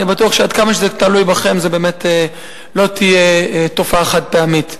אני בטוח שעד כמה שזה תלוי בכם זו באמת לא תהיה תופעה חד-פעמית.